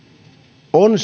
on